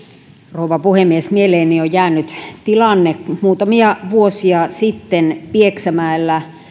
rouva puhemies mieleeni on jäänyt tilanne kun muutamia vuosia sitten pieksämäellä